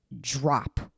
drop